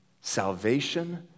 salvation